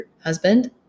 husband